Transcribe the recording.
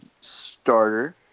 starter